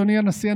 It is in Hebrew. אדוני הנשיא,